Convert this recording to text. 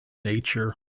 nature